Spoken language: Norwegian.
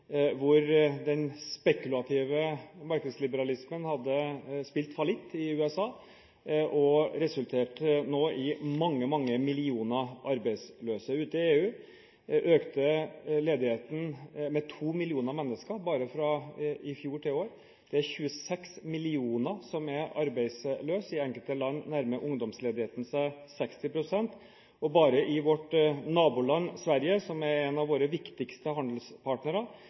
den spekulative markedsliberalismen hadde spilt fallitt i USA og resulterte i mange, mange millioner arbeidsløse. I EU økte ledigheten med to millioner mennesker bare fra i fjor til i år. Det er 26 millioner som er arbeidsløse. I enkelte land nærmer ungdomsledigheten seg 60 pst. I vårt naboland Sverige, som er en av våre viktigste handelspartnere,